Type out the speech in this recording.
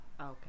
Okay